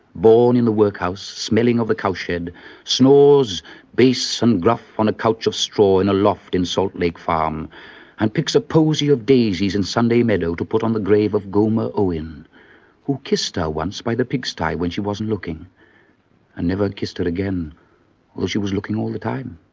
born in the workhouse, smelling of the cowshed, snores bass and gruff on a couch of straw in a loft in salt lake farm and picks a posy of daisies in sunday meadow to put on the grave of gomer owen who kissed her once by the pig-sty when she wasn't looking and never kissed her again although she was looking all the time.